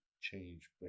change